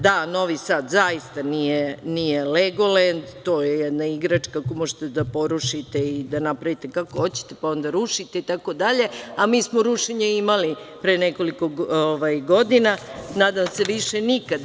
Da, Novi Sad zaista nije Legolend, to je jedna igračka koju možete da porušite i da napravite kako hoćete, pa onda rušite itd, a mi smo rušenje imali pre nekoliko godina i nadam se više nikada.